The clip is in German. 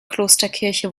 klosterkirche